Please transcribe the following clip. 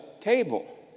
table